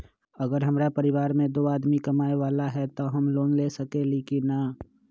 अगर हमरा परिवार में दो आदमी कमाये वाला है त हम लोन ले सकेली की न?